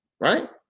right